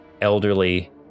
elderly